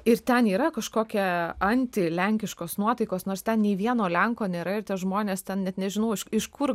ir ten yra kažkokia antilenkiškos nuotaikos nors ten nei vieno lenko nėra ir tie žmonės ten net nežinau iš kur